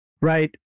right